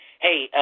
Hey